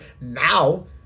now